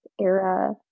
era